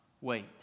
wait